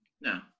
No